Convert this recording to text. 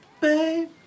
Babe